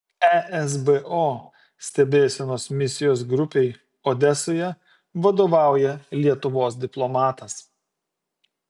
esbo stebėsenos misijos grupei odesoje vadovauja lietuvos diplomatas